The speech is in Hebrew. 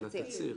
תצהיר,